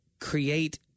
create